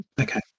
Okay